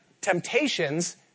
temptations